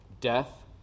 Death